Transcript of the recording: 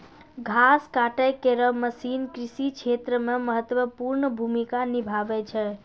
घास काटै केरो मसीन कृषि क्षेत्र मे महत्वपूर्ण भूमिका निभावै छै